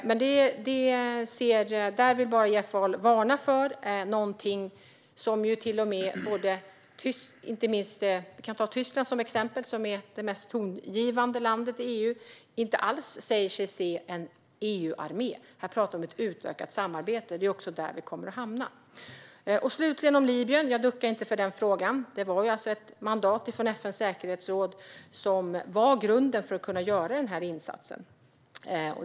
Där vill Jeff Ahl bara varna för någonting. Vi kan ta Tyskland som exempel, som är det mest tongivande landet i EU. Det säger sig inte alls se en EU-armé. Här talar vi om ett utökat samarbete. Det är också där vi kommer att hamna. Slutligen till frågan om Libyen. Jag duckar inte för den frågan. Det var ett mandat från FN:s säkerhetsråd som var grunden för att kunna göra insatsen.